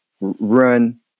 run